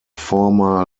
former